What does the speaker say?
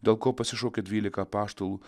dėl ko pasišaukė dvylika apaštalų